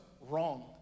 wrong